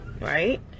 right